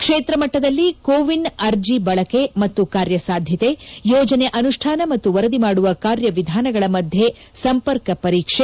ಕ್ಷೇತ್ರ ಮಟ್ಟದಲ್ಲಿ ಕೋವಿನ್ ಅರ್ಜಿ ಬಳಕೆ ಮತ್ತು ಕಾರ್ಯಸಾಧ್ಯತೆ ಯೋಜನೆ ಅನುಷ್ಠಾನ ಮತ್ತು ವರದಿ ಮಾಡುವ ಕಾರ್ಯವಿಧಾನಗಳ ಮಧ್ಯ ಸಂಪರ್ಕ ಪರೀಕ್ಷೆ